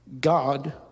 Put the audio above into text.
God